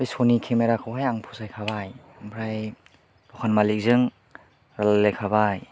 बे स'नि केमेराखौहाय आं फसायखाबाय ओमफ्राय दखान मालिकजों रायलायखाबाय